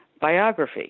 biography